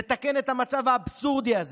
לתקן את המצב האבסורדי הזה.